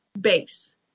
base